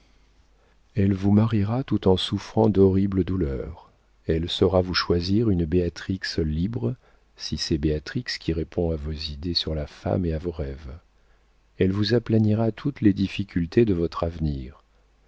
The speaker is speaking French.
elle vous mariera tout en souffrant d'horribles douleurs elle saura vous choisir une béatrix libre si c'est béatrix qui répond à vos idées sur la femme et à vos rêves elle vous aplanira toutes les difficultés de votre avenir